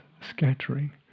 scattering